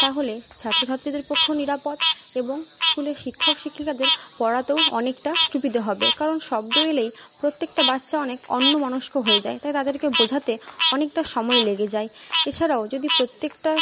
তাহলে ছাত্র ছাত্রীদের পক্ষেও নিরাপদ এবং স্কুলের শিক্ষক শিক্ষিকাদের পড়াতেও অনেকটা সুবিধে হবে কারণ শব্দ এলেই প্রত্যেকটা বাচ্চা অনেক অন্যমনস্ক হয়ে যায় তাই তাদেরকে বোঝাতে অনেকটা সময় লেগে যায় এছাড়াও যদি প্রত্যেকটা